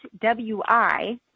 W-I